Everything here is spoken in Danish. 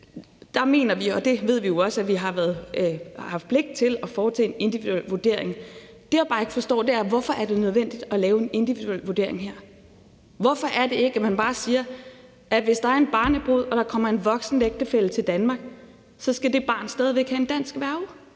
Der mener vi, og det ved vi jo også at vi har pligt til, at der skal foretages en individuel vurdering. Det, jeg bare ikke forstår, er: Hvorfor er det nødvendigt at lave en individuel vurdering her? Hvorfor er det ikke sådan, at man bare siger, at hvis der er en barnebrud og der kommer en voksen ægtefælle til Danmark, så skal det barn stadig væk have en dansk værge?